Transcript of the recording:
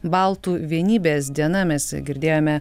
baltų vienybės diena mes girdėjome